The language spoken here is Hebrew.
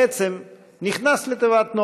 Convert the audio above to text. בעצם נכנס לתיבת נח.